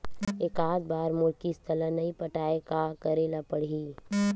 एकात बार मोर किस्त ला नई पटाय का करे ला पड़ही?